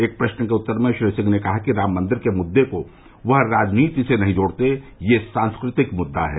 एक प्रश्न के उत्तर में श्री सिंह ने कहा कि राम मंदिर के मुददे को वह राजनीति से नहीं जोड़ते यह सांस्कृतिक मुददा है